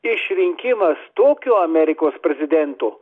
išrinkimas tokio amerikos prezidento